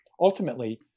ultimately